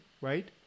right